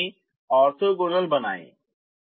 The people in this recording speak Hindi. आप उन्हें ऑर्थोगोनल बनाएं